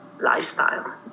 lifestyle